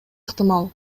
ыктымал